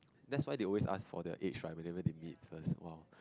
that's why they always ask for the age whatever they need first [wah]